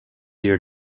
year